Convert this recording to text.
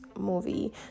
movie